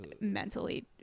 mentally –